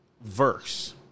verse